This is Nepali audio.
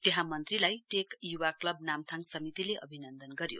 त्यहाँ मन्त्रीलाई टेक युवा क्लब नाम्थाङ समितिले अभिनन्दन गर्यो